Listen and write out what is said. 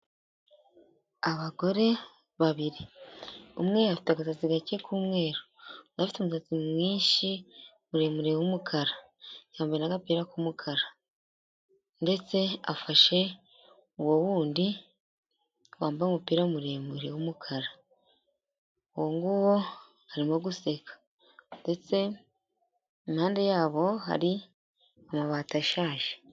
Abagore babiri, umwe afite akasatsi gake k'umweru, undi afite umusazi mwinshi muremure w'umukara, yambaye n'agapira k'umukara, ndetse afashe uwo wundi wambaye umupira muremure w'umukara uwo nguwo arimo guseka ndetse impande yabo hari amabati ashaje.